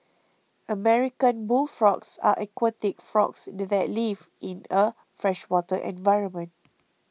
American bullfrogs are aquatic frogs do that live in a freshwater environment